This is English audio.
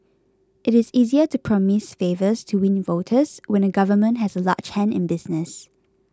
it is easier to promise favours to win voters when a government has a large hand in business